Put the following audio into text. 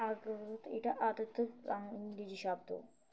এটা আদত ইংরেজি শব্দ